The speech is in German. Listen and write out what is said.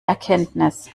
erkenntnis